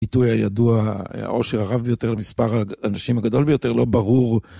פיתוי הידוע, העושר הרב ביותר למספר האנשים הגדול ביותר לא ברור